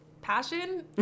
passion